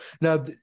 Now